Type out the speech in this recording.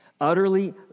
Utterly